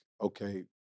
okay